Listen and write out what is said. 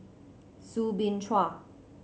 Soo Bin Chua